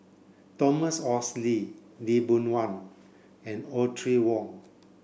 Thomas Oxley Lee Boon Wang and Audrey Wong